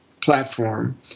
platform